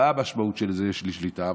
מה המשמעות של "יש לי שליטה"?